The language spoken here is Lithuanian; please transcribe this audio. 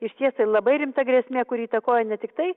išties tai labai rimta grėsmė kuri įtakoja ne tiktai